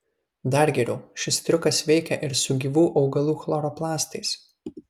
dar geriau šis triukas veikia ir su gyvų augalų chloroplastais